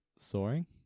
Soaring